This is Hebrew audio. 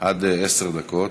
עד עשר דקות.